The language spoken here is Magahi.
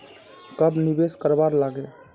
कब निवेश करवार लागे?